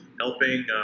helping